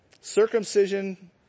Circumcision